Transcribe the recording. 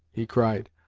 he cried,